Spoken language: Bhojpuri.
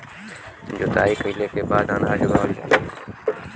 जोताई कइले के बाद अनाज उगावल जाला